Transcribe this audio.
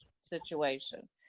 situation